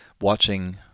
watching